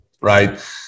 Right